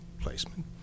placement